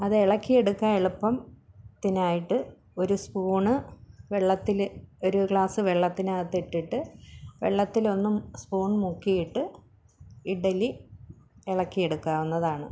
അത് ഇളക്കി എടുക്കാൻ എളുപ്പത്തിനായിട്ട് ഒര് സ്പൂണ് വെള്ളത്തില് ഒരു ഗ്ലാസ് വെള്ളത്തിനകത്തിട്ടിട്ട് വെള്ളത്തിലൊന്ന് സ്പൂൺ മുക്കിയിട്ട് ഇഡ്ഡലി ഇളക്കി എടുക്കാവുന്നതാണ്